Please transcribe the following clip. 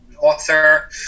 author